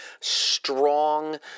strong